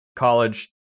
college